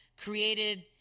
created